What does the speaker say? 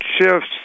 shifts